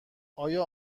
آیا